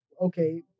okay